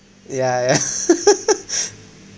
ya ya